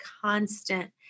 constant